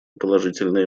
положительные